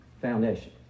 foundation